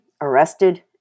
arrested